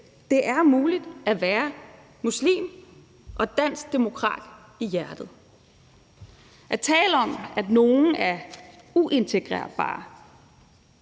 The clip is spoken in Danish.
Det er muligt at være muslim og dansk demokrat i hjertet. At tale om, at nogen er uintegrerbare,